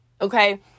okay